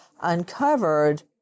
uncovered